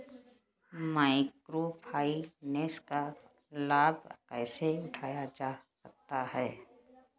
Micro finance का लाभ कैसे उठाया जा सकता है?